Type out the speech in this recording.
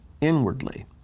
inwardly